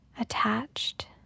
attached